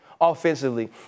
offensively